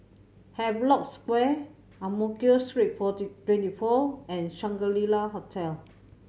Havelock Square Ang Mo Kio Street forty twenty four and Shangri La Hotel